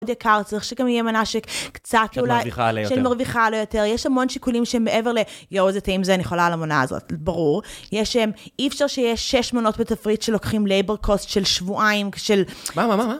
מאוד יקר, צריך שגם יהיה מנה שקצת אולי של מרוויחה על היותר. יש המון שיקולים שמעבר ל... יואו, איזה טעים זה, אני יכולה על המנה הזאת, ברור. אי אפשר שיש שש מנות בתפריט שלוקחים לייבר קוסט של שבועיים, של... מה, מה, מה?